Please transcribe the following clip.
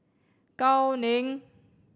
Gao Ning